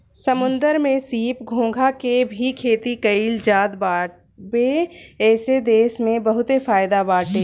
समुंदर में सीप, घोंघा के भी खेती कईल जात बावे एसे देश के बहुते फायदा बाटे